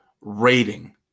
rating